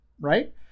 Right